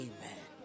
Amen